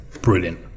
Brilliant